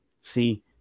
See